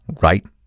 right